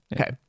okay